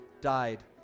died